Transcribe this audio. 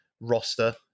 roster